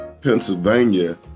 Pennsylvania